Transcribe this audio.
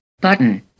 Button